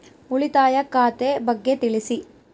ಉಳಿತಾಯ ಖಾತೆ ಬಗ್ಗೆ ತಿಳಿಸಿ?